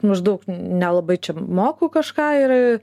maždaug nelabai čia moku kažką ir